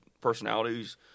personalities